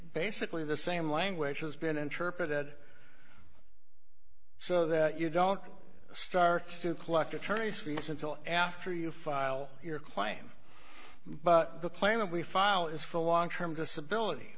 basically the same language has been interpreted so that you don't start to collect attorney's fees until after you file your claim but the plane we file is for long term disability